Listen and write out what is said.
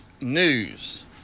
News